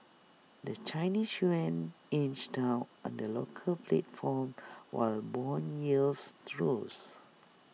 the Chinese Yuan inched down on the local platform while Bond yields rose